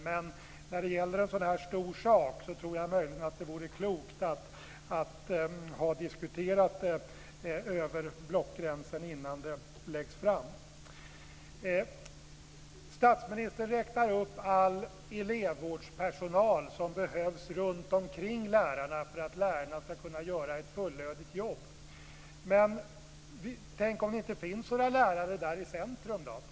Men när det gäller en sådan här stor sak tror jag möjligen att det vore klokt att ha diskuterat det över blockgränserna innan det läggs fram. Statsministern räknar upp all elevvårdspersonal som behövs runtomkring lärarna för att lärarna ska kunna göra ett fullödigt jobb. Men tänk om det inte finns några lärare där i centrum!